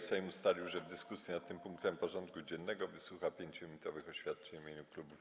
Sejm ustalił, że w dyskusji nad tym punktem porządku dziennego wysłucha 5-minutowych oświadczeń w imieniu klubów i kół.